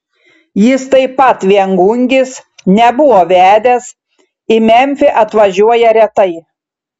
jis taip pat viengungis nebuvo vedęs į memfį atvažiuoja retai